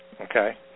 okay